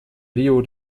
rio